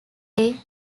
day